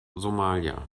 somalia